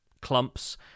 clumps